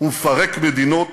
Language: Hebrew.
הוא מפרק מדינות